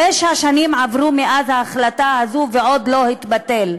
תשע שנים עברו מאז ההחלטה הזו והוא עוד לא התבטל.